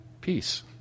peace